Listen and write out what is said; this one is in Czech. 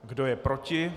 Kdo je proti?